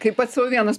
a kaip pats sau vienas